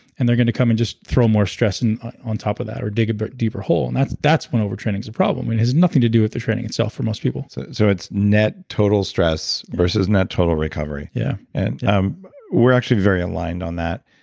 and they're going to come and just throw more stress and on top of that, or dig a but deeper hole. and that's that's when overtraining's a problem. it has nothing to do with the training itself for most people so it's net total stress versus net total recovery yeah and um we're actually very aligned on that.